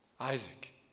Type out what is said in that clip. Isaac